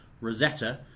Rosetta